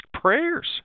prayers